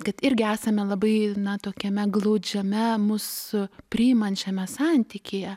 kad irgi esame labai na tokiame glaudžiame mus priimančiame santykyje